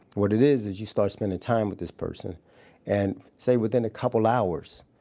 what it is is you start spending time with this person and, say within a couple hours,